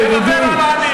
בושה וחרפה.